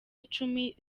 icumi